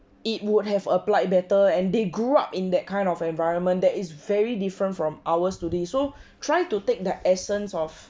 it would have applied better and they grew up in that kind of environment that is very different from ours today so try to take the essence of